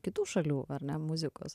kitų šalių ar ne muzikos